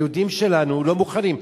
היהודים שלנו לא מוכנים.